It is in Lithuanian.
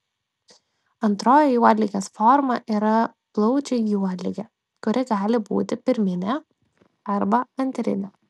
antroji juodligės forma yra plaučių juodligė kuri gali būti pirminė arba antrinė